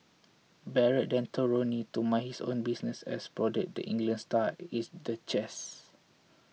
barrett then told Rooney to mind his own business and prodded the England star is the chest